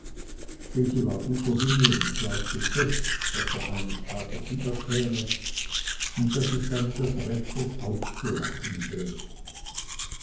denn sie war guter dinge und glaubte fest daß er eines tages wiederkäme und daß es dann etwas rechtes auszulachen gäbe